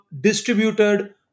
distributed